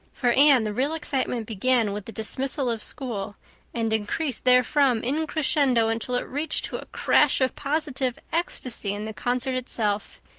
for anne the real excitement began with the dismissal of school and increased therefrom in crescendo until it reached to a crash of positive ecstasy in the concert itself.